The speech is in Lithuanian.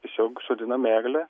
tiesiog sodinam eglę